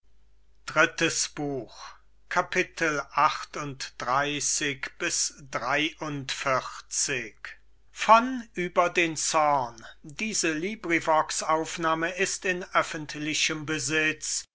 von erenuä an